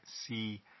see